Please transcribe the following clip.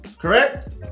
Correct